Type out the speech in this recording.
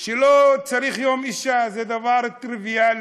שלא צריך יום אישה, זה יהיה דבר טריוויאלי,